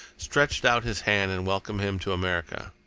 stretched out his hand and welcomed him to america.